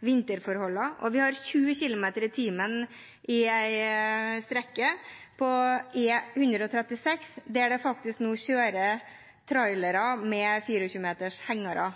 og vi har 20 km/t på en strekning på E136 der det nå kjører trailere med 24-metershengere.